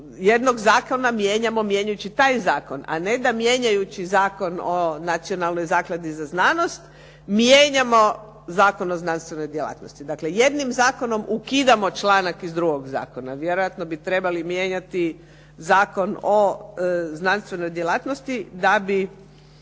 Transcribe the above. jednog zakona mijenjamo mijenjajući taj zakon, a ne da mijenjajući Zakon o Nacionalnoj zakladi za znanost, mijenjamo Zakon o znanstvenoj djelatnosti. Dakle, jednim zakonom ukidamo članak iz drugog zakona. Vjerojatno bi trebali mijenjati Zakon o znanstvenoj djelatnosti da bi